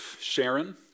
Sharon